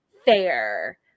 fair